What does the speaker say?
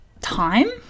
time